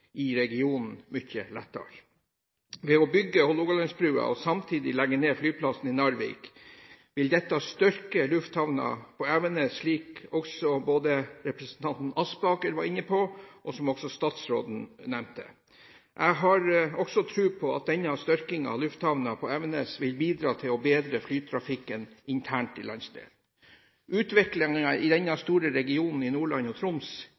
til regionen mye lettere. Det å bygge Hålogalandsbrua og samtidig legge ned flyplassen i Narvik vil styrke lufthavnen på Evenes, slik representanten Aspaker var inne på, og som også statsråden nevnte. Jeg har også tro på at denne styrkingen av lufthavnen på Evenes vil bidra til å bedre flytrafikken internt i landsdelen. Denne store regionen, Nordland og Troms,